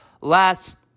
last